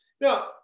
Now